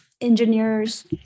engineers